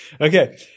Okay